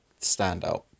standout